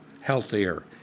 healthier